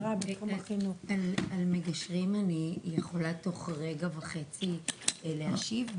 על מגשרים אני יכולה תוך רגע וחצי להשיב.